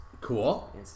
Cool